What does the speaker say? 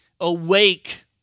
Awake